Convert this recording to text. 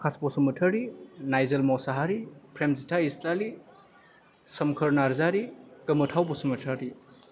Akash Basumatary Naijor Mushahary Premjitha Islary Somkhor Narzary Gomothao Basumatary